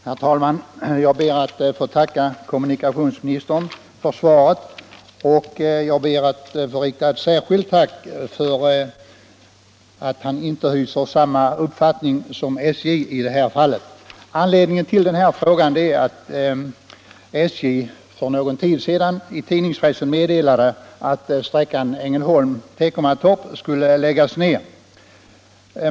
Herr talman! Jag ber att få tacka kommunikationsministern för svaret på min fråga, och jag vill framföra ett särskilt tack för att han inte hyser samma uppfattning som SJ i det här fallet. Anledningen till min fråga är att SJ för någon tid sedan i tidningspressen meddelade att tågtrafiken på sträckan Ängelholm-Teckomatorp skulle läggas ned.